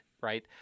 right